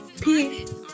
Peace